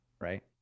right